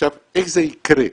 איך זה יקרה?